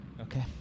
Okay